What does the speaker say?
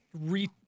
re-